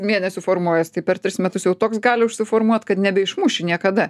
mėnesių formuojas tai per tris metus jau toks gali užsiformuot kad nebeišmuši niekada